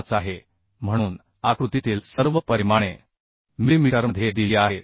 5 आहे म्हणून आकृतीतील सर्व परिमाणे मिलिमीटरमध्ये दिली आहेत